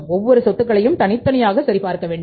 ஒவ்வொரு சொத்துக்களையும் தனித்தனியாக சரிபார்க்க வேண்டும்